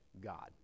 God